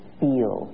feel